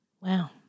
Wow